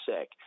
sick